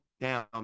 down